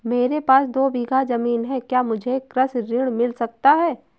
मेरे पास दो बीघा ज़मीन है क्या मुझे कृषि ऋण मिल सकता है?